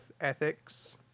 ethics